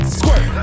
squirt